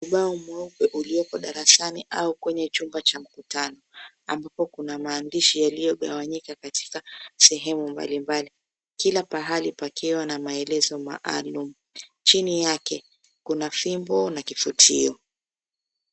Ubao mweupe ulioko darasani au chumba cha mkutano, ambapo kuna maandishi yaliyogawanyika katika sehemu mbali mbali, kila pahali pakiwa na maelezo maalum. chini yake kuna fimbo na kifutio.